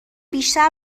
بیشتر